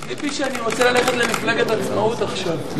חושדים בי שאני רוצה ללכת למפלגת עצמאות עכשיו.